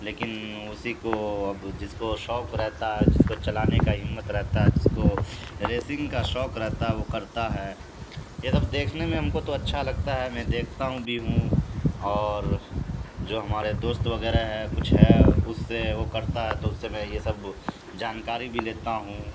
لیکن اسی کو اب جس کو شوق رہتا ہے جس کو چلانے کا ہمت رہتا ہے جس کو ریسنگ کا شوق رہتا ہے وہ کرتا ہے یہ سب دیکھنے میں ہم کو تو اچھا لگتا ہے میں دیکھتا ہوں بھی ہوں اور جو ہمارے دوست وغیرہ ہے کچھ ہے اس سے وہ کرتا ہے تو اس سے میں یہ سب جانکاری بھی لیتا ہوں